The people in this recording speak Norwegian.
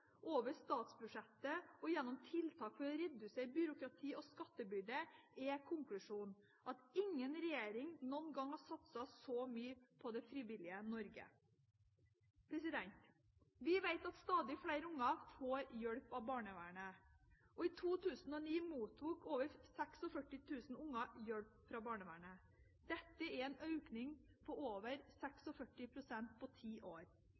over statsbudsjettet og gjennom tiltak for å redusere byråkrati og skattebyrde, er konklusjonen at ingen regjering noen gang har satset så mye på det frivillige Norge. Vi vet at stadig flere barn får hjelp av barnevernet. I 2009 mottok over 46 000 barn hjelp fra barnevernet. Det er en økning på over 46 pst. på ti år.